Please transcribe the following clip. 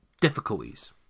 difficulties